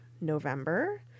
november